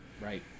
Right